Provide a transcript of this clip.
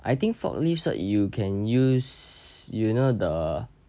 I think for leave cert you can use you know the